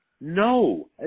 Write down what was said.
No